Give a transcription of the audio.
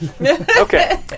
Okay